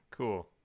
Cool